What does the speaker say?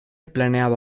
planeaba